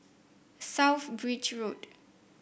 South Bridge Road